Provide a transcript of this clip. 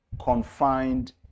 confined